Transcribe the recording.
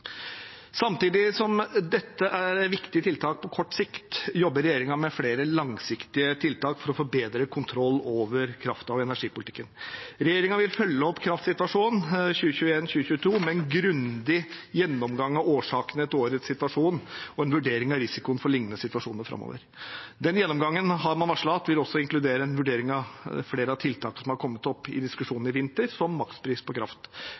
Samtidig som dette er viktige tiltak på kort sikt, jobber regjeringen med flere langsiktige tiltak for å få bedre kontroll over kraften og energipolitikken. Regjeringen vil følge opp kraftsituasjonen 2021–2022 med en grundig gjennomgang av årsakene til årets situasjon og en vurdering av risikoen for lignende situasjoner framover. Den gjennomgangen har man varslet at også vil inkludere en vurdering av flere av tiltakene som har kommet opp i diskusjonen i vinter, som makspris på kraft,